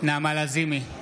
נעמה לזימי,